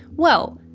well,